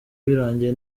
birangiye